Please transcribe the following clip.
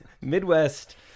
Midwest